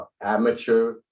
amateur